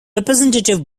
representative